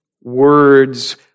words